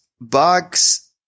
bugs